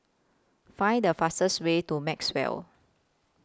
Find The fastest Way to Maxwell